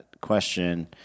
question